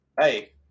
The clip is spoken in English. hey